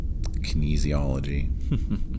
kinesiology